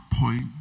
point